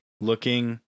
looking